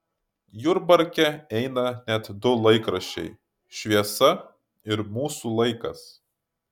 jurbarke eina net du laikraščiai šviesa ir mūsų laikas